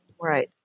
Right